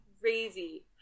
crazy